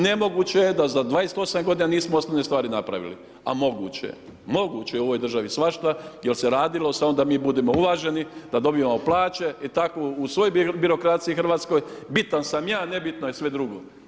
Nemoguće je da za 28 godina nismo osnovne stvari nismo napravili, a moguće je, moguće je u ovoj državi svašta jel se radilo samo da mi budemo uvaženi, da dobivamo plaće i tako u svoj birokraciji hrvatskoj, bitan sam ja, nebitno je sve drugo.